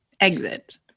Exit